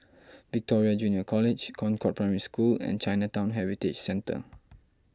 Victoria Junior College Concord Primary School and Chinatown Heritage Centre